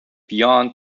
beyond